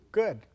good